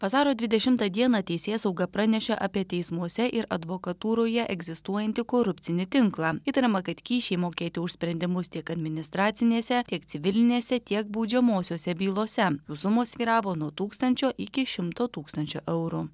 vasario dvidešimtą dieną teisėsauga pranešė apie teismuose ir advokatūroje egzistuojantį korupcinį tinklą įtariama kad kyšiai mokėti už sprendimus tiek administracinėse tiek civilinėse tiek baudžiamosiose bylose jų sumos svyravo nuo tūkstančio iki šimto tūkstančių eurų